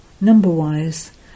number-wise